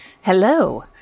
Hello